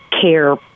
care